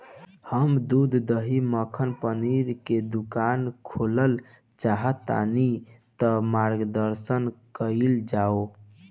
हम दूध दही मक्खन पनीर के दुकान खोलल चाहतानी ता मार्गदर्शन कइल जाव?